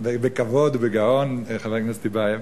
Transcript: בכבוד ובגאון, חבר הכנסת טיבייב.